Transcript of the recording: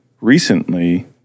recently